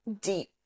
deep